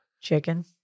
Chicken